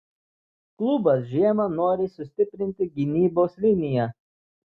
klubas žiemą nori sustiprinti gynybos liniją